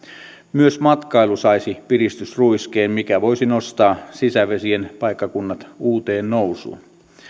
myös matkailu saisi piristysruiskeen mikä voisi nostaa sisävesien paikkakunnat uuteen nousuun